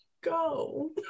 go